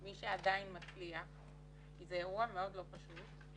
מי שעדיין מצליח כי זה אירוע מאוד לא פשוט,